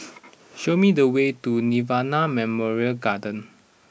show me the way to Nirvana Memorial Garden